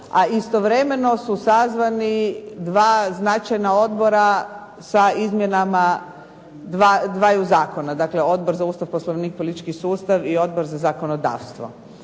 a istovremeno su sazvani dva značajna odbora sa izmjenama dvaju zakona. Dakle, Odbor za Ustav, Poslovnik i politički sustav i Odbor za zakonodavstvo.